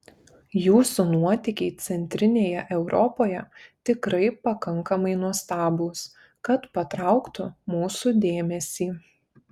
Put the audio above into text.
jūsų nuotykiai centrinėje europoje tikrai pakankamai nuostabūs kad patrauktų mūsų dėmesį